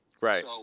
Right